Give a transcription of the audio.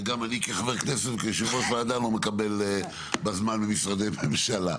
גם אני כחבר כנסת וכיושב-ראש הוועדה לא מקבל בזמן ממשרדי הממשלה.